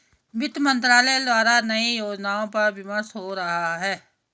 वित्त मंत्रालय द्वारा नए योजनाओं पर विमर्श हो रहा है